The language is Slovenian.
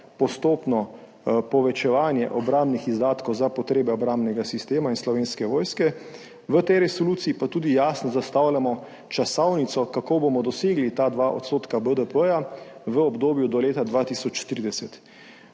postopno povečevanje obrambnih izdatkov za potrebe obrambnega sistema in Slovenske vojske. V tej resoluciji pa tudi jasno zastavljamo časovnico, kako bomo dosegli ta 2 odstotka BDP v obdobju do leta 2030.